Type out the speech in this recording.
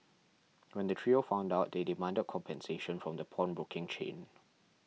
when the trio found out they demanded compensation from the pawnbroking chain